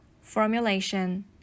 formulation